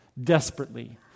desperately